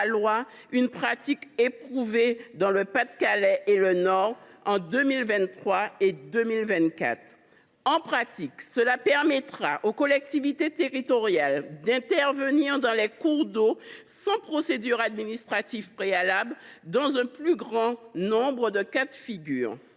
loi une pratique éprouvée dans le Pas de Calais et le Nord en 2023 et 2024. En pratique, cela permettra aux collectivités territoriales d’intervenir dans les cours d’eau sans procédure administrative préalable dans un plus grand nombre de cas de figure.